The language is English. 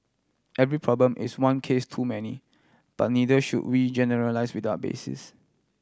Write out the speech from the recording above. every problem is one case too many but neither should we generalise without basis